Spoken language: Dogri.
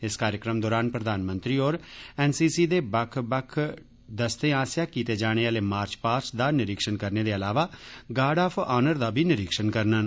इस कार्यक्रम दौरान प्रधानमंत्री होर एन सी सी दे बक्ख बक्ख दस्तें आस्सेआ कीते जाने आले मार्च पास्ट दा निरिक्षण करने दे अलावा गार्ड आफ आनर दा बी निरिक्षण करगंन